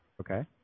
Okay